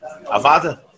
Avada